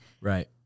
Right